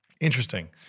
Interesting